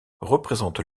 représente